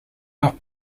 not